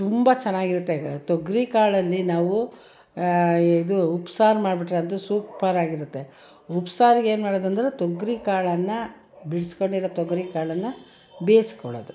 ತುಂಬ ಚೆನ್ನಾಗಿರುತ್ತೆ ತೊಗರಿ ಕಾಳಲ್ಲಿ ನಾವು ಇದು ಉಪ್ಸಾರು ಮಾಡ್ಬಿಟ್ರಂತೂ ಸೂಪರ್ ಆಗಿರುತ್ತೆ ಉಪ್ಪು ಸಾರಿಗೆ ಏನು ಮಾಡೋದೆಂದ್ರೆ ತೊಗರಿ ಕಾಳನ್ನು ಬಿಡ್ಸ್ಕೊಂಡಿರೊ ತೊಗರಿ ಕಾಳನ್ನು ಬೇಯ್ಸ್ಕೊಳ್ಳೋದು